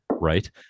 Right